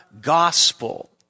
gospel